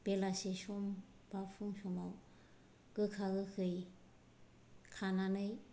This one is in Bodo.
बेलासि सम बा फुं समाव गोखा गोखै खानानै